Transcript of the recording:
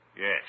yes